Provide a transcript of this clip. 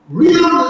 real